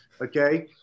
okay